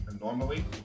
normally